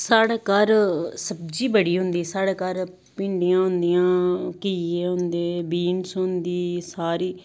साढ़े घर सब्जी बड़ी होंदी साढ़े घर भिंडियां होंदियां घिये होंदे बीन्स होंदी सारी